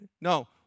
No